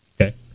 Okay